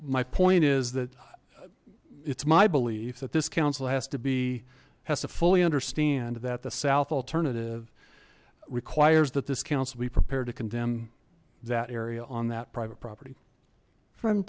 my point is that it's my belief that this council has to be has to fully understand that the south alternative requires that this council be prepared to condemn that area on that private property from